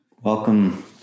Welcome